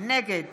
נגד